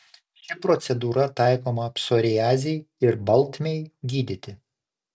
ši procedūra taikoma psoriazei ir baltmei gydyti